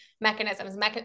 mechanisms